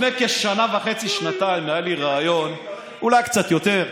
לפני כשנה וחצי, שנתיים, אולי קצת יותר,